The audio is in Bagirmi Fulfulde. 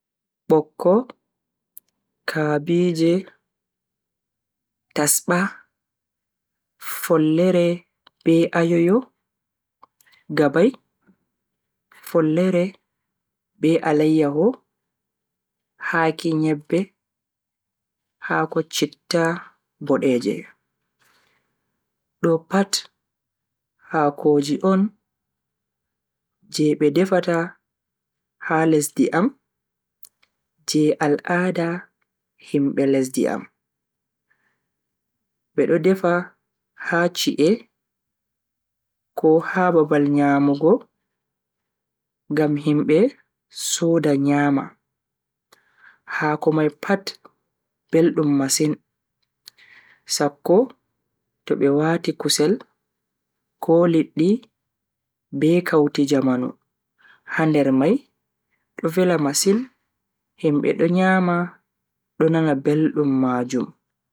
Bokko, kabiije, tasba, follere, be ayoyo, gabai, follere be alaiyaho, haki nyebbe, hako citta bodeje. Do pat haakoji on je be defata ha lesdi am je al'ada himbe lesdi am. Be do defa ha chi'e ko ha babal nyamugo ngam himbe soda nyama. Haako mai pat beldum masin sakko to be wati kusel ko liddi be kaute jamanu ha nder mai do vela masin himbe do nyama do nana beldum majum.